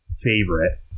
favorite